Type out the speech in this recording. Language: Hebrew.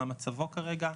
מה מצבו כרגע,